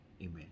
Amen